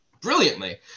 brilliantly